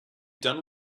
done